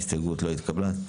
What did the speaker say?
ההסתייגות לא התקבלה.